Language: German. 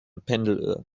pendeluhr